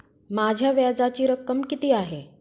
माझ्या व्याजाची रक्कम किती आहे?